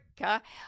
Africa